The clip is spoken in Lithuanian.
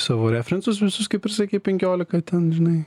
savo referensus visus kaip ir sakei penkiolika ten žinai